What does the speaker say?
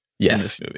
Yes